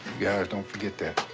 guys don't forget that.